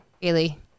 Bailey